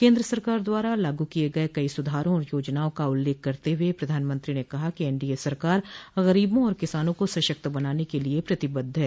केन्द्र सरकार द्वारा लागू किए गए कई सुधारों और योजनाओं का उल्लेख करते हुए प्रधानमंत्री ने कहा कि एनडीए सरकार गरीबों और किसानों को सशक्त बनाने के लिए प्रतिबद्ध है